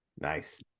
nice